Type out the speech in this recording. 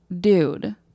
dude